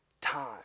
time